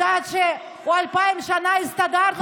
הדת שהוא אלפיים שנה הסתדרנו בלי רבנות.